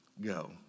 Go